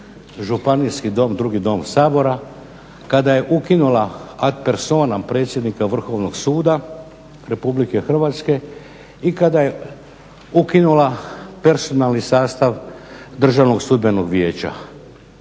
Županijski dom, drugi dom Sabora, kada je ukinula ad personem predsjednika Vrhovnog suda RH i kada je ukinula personalni sastav Državnog sudbenog vijeća.